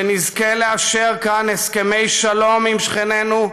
שנזכה לאשר כאן הסכמי שלום עם שכנינו,